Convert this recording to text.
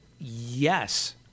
yes